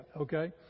okay